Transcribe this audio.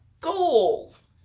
Goals